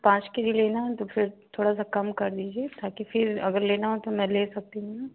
पाँच K G लेना है तो फिर थोड़ा सा कम कर दीजिये ताकि फिर अगर लेना है तो मै ले सकती हूँ न